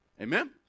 Amen